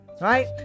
Right